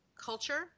culture